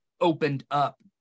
opened-up